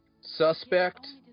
Suspect